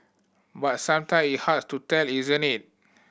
but sometime it hard to tell isn't it